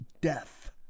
death